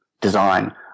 design